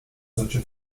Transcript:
solche